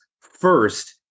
first